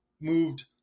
moved